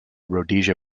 rhodesia